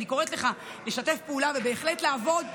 אני קוראת לך לשתף פעולה ובהחלט לעבוד, לא צריך.